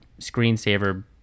screensaver